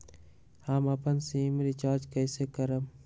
हम अपन SIM recharge कइसे करम?